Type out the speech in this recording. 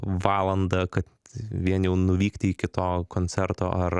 valandą kad vien jau nuvykti iki to koncerto ar